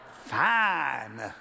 fine